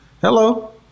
hello